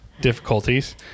difficulties